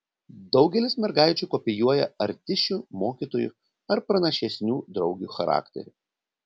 daugelis mergaičių kopijuoja artisčių mokytojų ar pranašesnių draugių charakterį